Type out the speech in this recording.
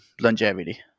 longevity